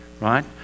right